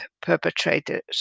perpetrators